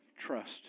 trust